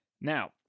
now